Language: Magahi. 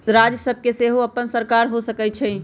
राज्य सभ के सेहो अप्पन सरकार हो सकइ छइ